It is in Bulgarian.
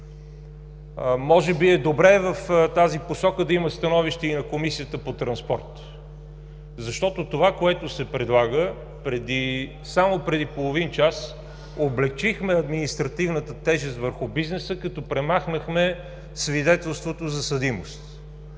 Може би е добре в тази посока да има становище и на Комисията по транспорт, защото това, което се предлага… Само преди половин час облекчихме административната тежест върху бизнеса, като премахнахме свидетелството за съдимост.